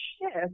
shift